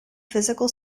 physical